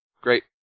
Great